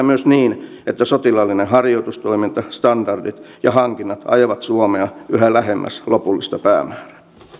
myös niin että sotilaallinen harjoitustoiminta standardit ja hankinnat ajavat suomea yhä lähemmäs lopullista päämäärää